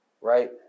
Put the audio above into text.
right